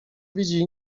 widzi